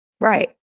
Right